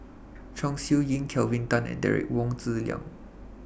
Chong Siew Ying Kelvin Tan and Derek Wong Zi Liang